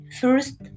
first